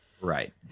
Right